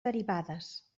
derivades